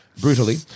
brutally